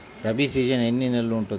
Rabi season ఎన్ని నెలలు ఉంటుంది?